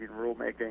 rulemaking